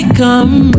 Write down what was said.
come